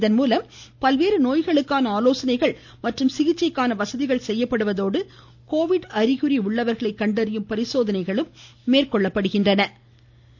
இதன்மூலம் பல்வேறு நோய்களுக்கான ஆலோசனைகள் மற்றும் சிகிச்சைக்கான வசதிகள் செய்யப்படுவதோடு கோவிட் அறிகுறி உள்ளவர்களை கண்டறியும் பரிசோதனைகளும் மேற்கொள்ளப்பட உள்ளன